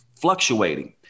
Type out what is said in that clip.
fluctuating